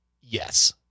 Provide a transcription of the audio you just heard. Yes